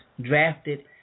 drafted